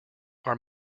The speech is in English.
are